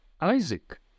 Isaac